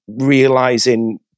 realizing